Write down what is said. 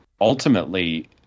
ultimately